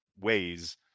ways